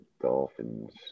Dolphins